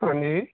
ਹਾਂਜੀ